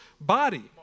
body